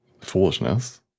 foolishness